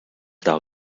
thou